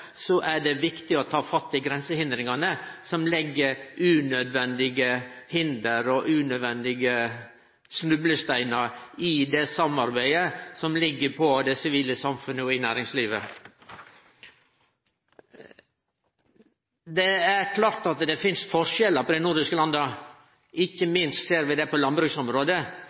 er det viktig å ta fatt i grensehindra som legg unødvendige hinder og unødvendige snublesteinar i vegen for samarbeidet i det sivile samfunnet og i næringslivet. Det er klart at det finst forskjellar mellom dei nordiske landa, ikkje minst ser vi det på